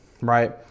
Right